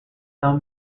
some